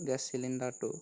gas চিলিণ্ডাৰটো